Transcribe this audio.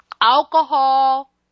Alcohol